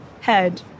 head